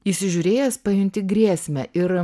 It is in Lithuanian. įsižiūrėjęs pajunti grėsmę ir